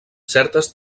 certes